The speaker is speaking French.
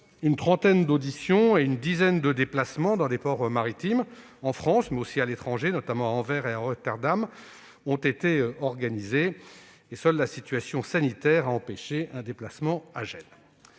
une trentaine d'auditions et une dizaine de déplacements dans des ports maritimes, en France mais aussi à l'étranger, notamment à Anvers et Rotterdam, ont été organisés. Seule la situation sanitaire a empêché un déplacement à Gênes.